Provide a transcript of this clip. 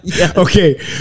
Okay